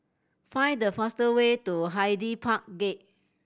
find the fastest way to Hyde Park Gate